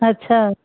अच्छा